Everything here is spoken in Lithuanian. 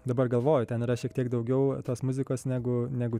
dabar galvoju ten yra šiek tiek daugiau tos muzikos negu negu